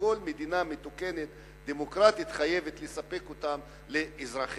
וכל מדינה דמוקרטית מתוקנת חייבת לספק אותם לאזרחיה.